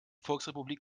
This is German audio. volksrepublik